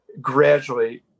gradually